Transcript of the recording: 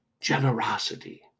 generosity